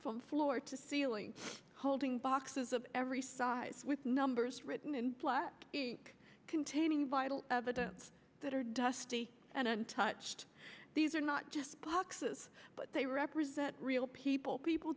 from floor to ceiling holding boxes of every size with numbers written in black containing vital evidence that are dusty and untouched these are not just boxes but they represent real people people